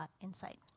insight